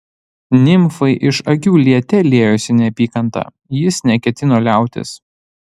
nimfai iš akių liete liejosi neapykanta jis neketino liautis